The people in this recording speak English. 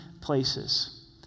places